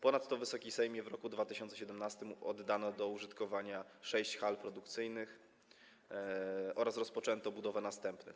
Ponadto, Wysoki Sejmie, w roku 2017 oddano do użytkowania sześć hal produkcyjnych oraz rozpoczęto budowę następnych.